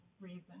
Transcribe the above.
reason